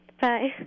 Bye